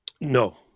No